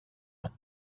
nom